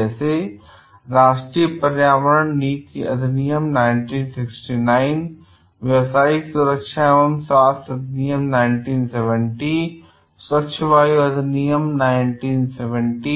जैसे राष्ट्रीय पर्यावरण नीति अधिनियम 1969 व्यावसायिक सुरक्षा और स्वास्थ्य अधिनियम 1970 स्वच्छ वायु अधिनियम 1970